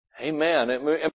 Amen